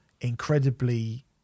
incredibly